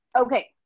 Okay